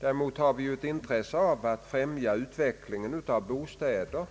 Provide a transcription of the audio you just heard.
Däremot har vi ju ett intresse av att främja utvecklingen av bostäder